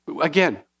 Again